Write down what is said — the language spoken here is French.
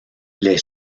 les